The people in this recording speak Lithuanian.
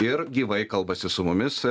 ir gyvai kalbasi su mumis